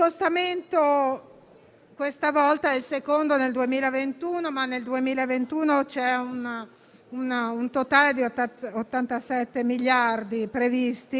Faccio un breve elenco, giusto perché abbiano almeno la citazione: i ristoranti, le palestre, i lavoratori dello spettacolo, della cultura, della musica, i teatri,